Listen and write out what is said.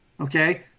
Okay